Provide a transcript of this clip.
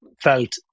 felt